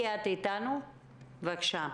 בבקשה.